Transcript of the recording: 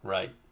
Right